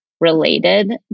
related